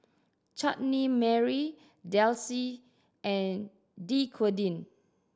Chutney Mary Delsey and Dequadin